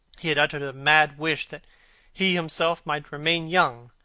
he had uttered a mad wish that he himself might remain young,